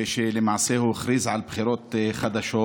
למעשה הוא הכריז על בחירות חדשות.